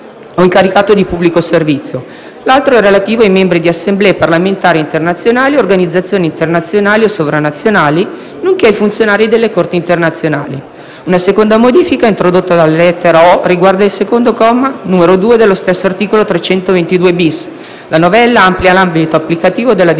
Una seconda modifica introdotta dalla lettera *o)* riguarda il secondo comma, n. 2), dello stesso articolo 322-*bis*. La novella amplia l'ambito applicativo della disposizione